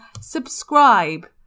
subscribe